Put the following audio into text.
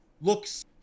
looks